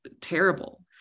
terrible